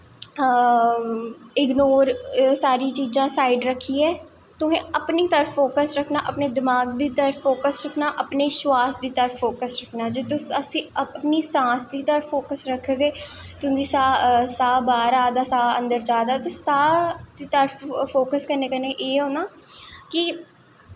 ignore सारी चीज़ां side रक्खियै तुसें अपनी तरफ फोक्स रखना अपने दमाग दी तरफ फोक्स रखना अपने स्वास्थ दी तरफ फोक्स रखना जे तुस अपनी सांस दी तरफ फोक्स रखगे तुं'दी साह् बाह्र आ दा अन्दर जा दा ते साह् फोक्स करने कन्नै एह् होना कि